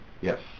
Yes